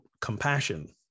compassion